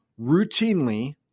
routinely